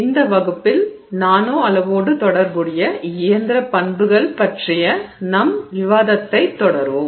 இந்த வகுப்பில் நானோ அளவோடு தொடர்புடைய இயந்திரப் பண்புகள் பற்றிய குறித்த நம் விவாதத்தைத் தொடர்வோம்